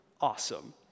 awesome